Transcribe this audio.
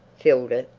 filled it,